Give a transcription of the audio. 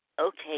Okay